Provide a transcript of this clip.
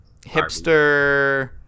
hipster